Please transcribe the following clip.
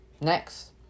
Next